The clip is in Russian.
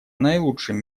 наилучшим